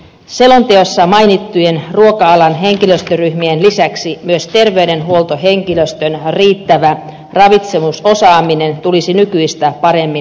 selonteossa mainittujen ruoka alan henkilöstöryhmien lisäksi myös terveydenhuoltohenkilöstön riittävä ravitsemusosaaminen tulisi nykyistä paremmin varmistaa